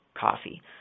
coffee